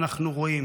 קריאה: